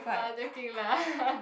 no I'm joking lah